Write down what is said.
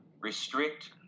restrict